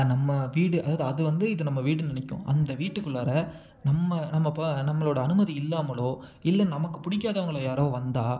நம்ம வீடு அதாவது அது வந்து இது நம்ம வீடுன்னு நினைக்கும் அந்த வீட்டுக்குள்ளார நம்ம நம்ம இப்போ நம்மளோடய அனுமதி இல்லாமலோ இல்லை நமக்கு பிடிக்காதவங்கள யாரோ வந்தால்